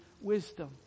wisdom